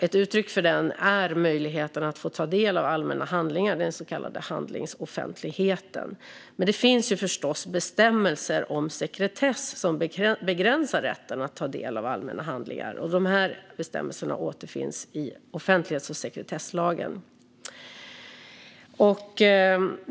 Ett uttryck för den är möjligheten att få ta del av allmänna handlingar, den så kallade handlingsoffentligheten. Men det finns förstås bestämmelser om sekretess som begränsar rätten att ta del av allmänna handlingar. De här bestämmelserna återfinns i offentlighets och sekretesslagen.